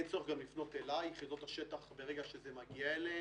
אם בן-אדם קורא לרצוח יהודים בלוד,